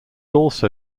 also